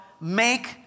make